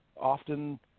often